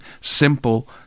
simple